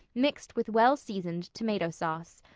mixed with well-seasoned tomato-sauce.